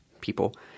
people